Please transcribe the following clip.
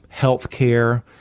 healthcare